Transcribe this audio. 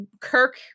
Kirk